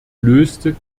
löste